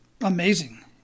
amazing